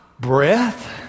breath